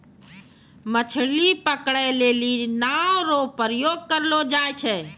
मछली पकड़ै लेली नांव रो प्रयोग करलो जाय छै